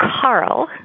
Carl